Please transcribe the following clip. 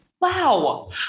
Wow